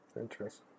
Interesting